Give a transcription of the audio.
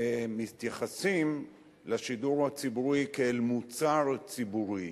ומתייחסים לשידור הציבורי כאל מוצר ציבורי,